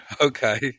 Okay